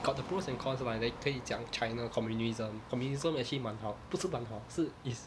got the pros and cons lah like 可以讲 china communism communism actually 蛮好不是蛮好是 is